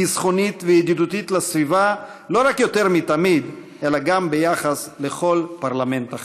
חסכונית וידידותית לסביבה לא רק יותר מתמיד אלא גם ביחס לכל פרלמנט אחר,